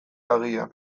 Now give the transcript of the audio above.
agian